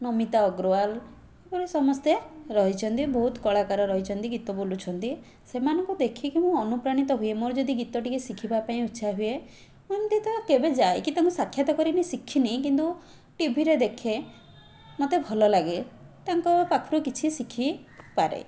ନମିତା ଅଗ୍ରୱାଲ୍ ଏଭଳି ସମସ୍ତେ ରହିଛନ୍ତି ବହୁତ କଳାକାର ରହିଛନ୍ତି ଗୀତ ବୋଲୁଛନ୍ତି ସେମାନଙ୍କୁ ଦେଖିକି ମୁଁ ଅନୁପ୍ରାଣିତ ହୁଏ ମୋର ଯଦି ଗୀତ ଟିକିଏ ଶିଖିବାପାଇଁ ଇଚ୍ଛା ହୁଏ ଏମିତି ତ କେବେ ଯାଇକି ମୁଁ ସାକ୍ଷାତ କରି ଶିଖିନି କିନ୍ତୁ ଟିଭିରେ ଦେଖେ ମୋତେ ଭଲଲାଗେ ତାଙ୍କ ପାଖରୁ କିଛି ଶିଖି ପାରେ